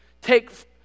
take